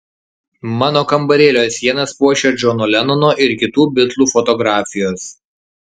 mano kambarėlio sienas puošia džono lenono ir kitų bitlų fotografijos